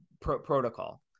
protocol